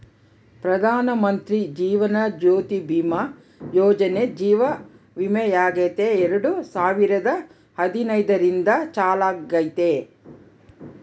ಪ್ರಧಾನಮಂತ್ರಿ ಜೀವನ ಜ್ಯೋತಿ ಭೀಮಾ ಯೋಜನೆ ಜೀವ ವಿಮೆಯಾಗೆತೆ ಎರಡು ಸಾವಿರದ ಹದಿನೈದರಿಂದ ಚಾಲ್ತ್ಯಾಗೈತೆ